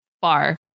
far